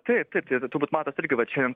taip taip tai turbūt matot irgi vat šiandien